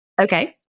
Okay